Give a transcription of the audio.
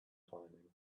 climbing